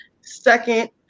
Second